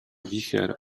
wicher